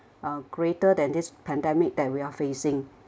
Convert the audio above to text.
uh greater than this pandemic that we are facing